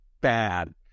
bad